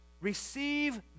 Receive